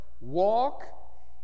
Walk